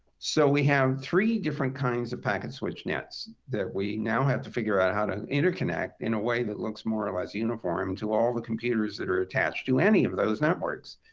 so we have three different kinds of packets switch nets that we now have to figure out how to interconnect in a way that looks more or less uniform to all of the computers that are attached to any of those networks.